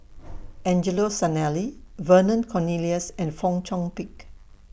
Angelo Sanelli Vernon Cornelius and Fong Chong Pik